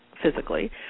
physically